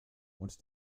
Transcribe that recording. und